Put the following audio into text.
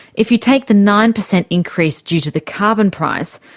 if you take the nine percent increase due to the carbon price,